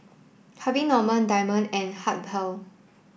Harvey Norman Diamond and Habhal